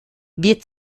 wir